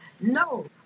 no